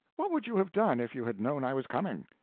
what would you have done if you had known i was coming?